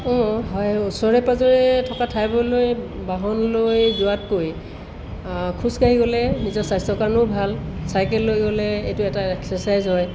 হয় ওচৰে পাঁজৰে থকা ঠাইবোৰলৈ বাহন লৈ যোৱাতকৈ খোজকাঢ়ি গ'লে নিজৰ স্বাস্থ্যৰ কাৰণেও ভাল চাইকেল লৈ গ'লে এইটো এটা এক্সাচাইজ হয়